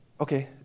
Okay